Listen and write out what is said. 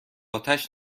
اتش